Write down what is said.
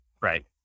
Right